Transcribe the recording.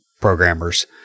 programmers